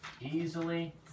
easily